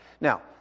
Now